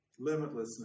limitlessness